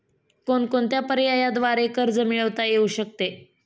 कोणकोणत्या पर्यायांद्वारे कर्ज मिळविता येऊ शकते?